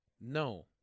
No